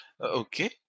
Okay